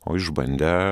o išbandę